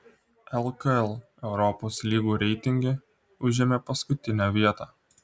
lkl europos lygų reitinge užėmė paskutinę vietą